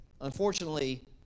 Unfortunately